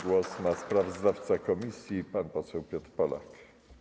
Głos ma sprawozdawca komisji pan poseł Piotr Polak.